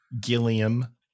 Gilliam